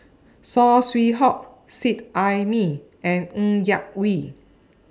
Saw Swee Hock Seet Ai Mee and Ng Yak Whee